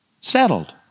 Settled